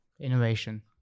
innovation